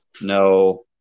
No